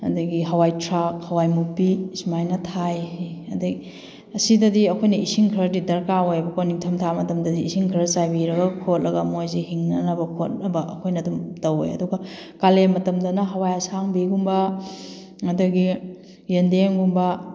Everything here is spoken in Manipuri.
ꯑꯗꯒꯤ ꯍꯋꯥꯏ ꯊꯔꯥꯛ ꯍꯋꯥꯏ ꯃꯨꯕꯤ ꯑꯁꯨꯃꯥꯏꯅ ꯊꯥꯏ ꯑꯗꯩ ꯑꯁꯤꯗꯗꯤ ꯑꯩꯈꯣꯏꯅ ꯏꯁꯤꯡ ꯈꯔꯗꯤ ꯗꯔꯀꯥꯔ ꯑꯣꯏꯕꯀꯣ ꯅꯤꯡꯊꯝꯊꯥ ꯃꯇꯝꯗꯗꯤ ꯏꯁꯤꯡ ꯈꯔ ꯆꯥꯏꯕꯤꯔꯒ ꯈꯣꯠꯂꯒ ꯃꯣꯏꯁꯦ ꯍꯤꯡꯅꯅꯕ ꯈꯣꯠꯅꯕ ꯑꯩꯈꯣꯏꯅ ꯑꯗꯨꯝ ꯇꯧꯋꯦ ꯑꯗꯨꯒ ꯀꯥꯂꯦꯟ ꯃꯇꯝꯗꯅ ꯍꯋꯥꯏ ꯑꯁꯥꯡꯕꯤꯒꯨꯝꯕ ꯑꯗꯒꯤ ꯌꯦꯟꯗꯦꯝꯒꯨꯝꯕ